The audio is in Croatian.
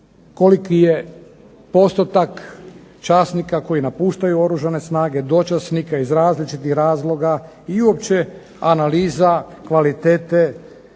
koliki je postotak časnika koji napuštaju Oružane snage, dočasnika iz različitih razloga i uopće analiza kvalitete